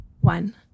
One